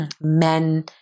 men